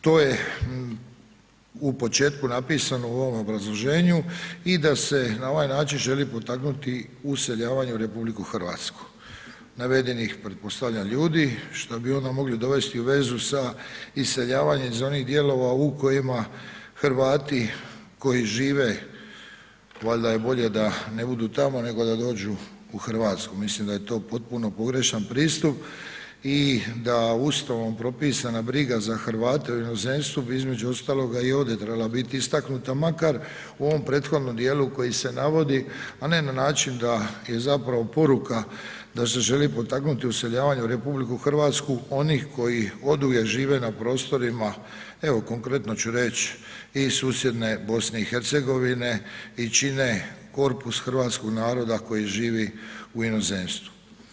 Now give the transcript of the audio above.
To je u početku napisano u ovom obrazloženju i da se na ovaj način želi potaknuti useljavanje u RH navedenih pretpostavljam ljudi šta bi onda mogli dovesti u vezu sa iseljavanjem iz onih dijelova u kojima Hrvati koji žive, valjda je bolje da ne budu tamo nego da dođu u Hrvatsku, mislim da je to potpuno pogrešan pristup i da Ustavom propisana briga za Hrvate u inozemstvu bi između ostaloga i ovdje trebala biti istaknuta makar u ovom prethodnom djelu koji se navodi a ne na način da je zapravo poruka da se želi potaknuti useljavanje u RH onih koji odu jer žive na prostorima, evo konkretno ću reć i susjedne BiH i čine korpus hrvatskog naroda koji živi u inozemstvu.